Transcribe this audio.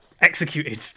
executed